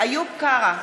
איוב קרא,